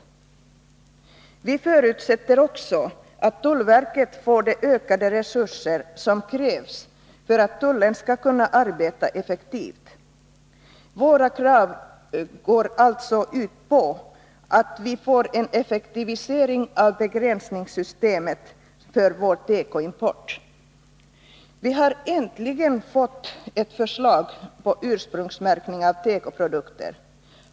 Vi socialdemokrater förutsätter också att tullverket får de ökade resurser som krävs för att tullen skall kunna arbeta effektivt. Våra krav går alltså ut på en effektivisering av begränsningssystemet för den svenska tekoimporten. Det har äntligen lagts fram ett förslag på ursprungsmärkning av tekoprodukter.